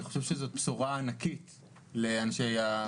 אני חושב שזאת בשורה ענקית לנכים